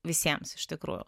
visiems iš tikrųjų